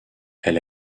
elle